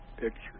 picture